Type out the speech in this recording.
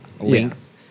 length